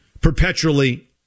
perpetually